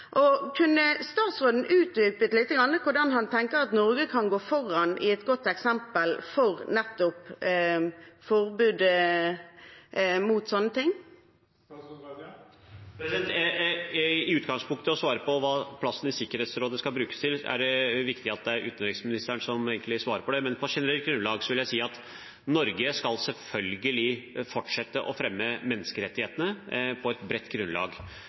Kunne statsråden utdypet lite grann hvordan han tenker at Norge kan gå foran som et godt eksempel for nettopp forbud mot sånne ting? I utgangspunktet å svare på hva plassen i Sikkerhetsrådet skal brukes til, er det viktig at det er utenriksministeren som gjør, men på generelt grunnlag vil jeg si at Norge selvfølgelig skal fortsette å fremme menneskerettighetene på et bredt grunnlag.